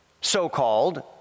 so-called